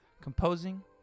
composing